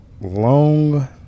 long